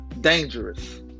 dangerous